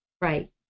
Right